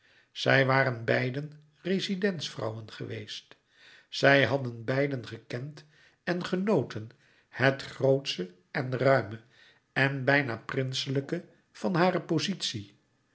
zij waren beiden rezidentsvrouwen geweest zij hadden beiden gekend en genoten het grootsche en ruime en bijna prinselijke van hare pozitie